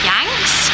Yanks